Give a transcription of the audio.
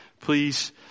Please